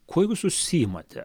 kuo jūs užsiimate